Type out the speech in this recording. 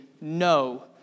No